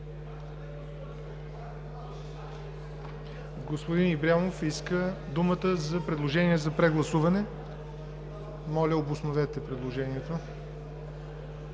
Господин Ибрямов иска думата за предложение за прегласуване. Моля, обосновете предложението.